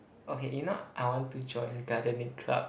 okay you know I want to join gardening club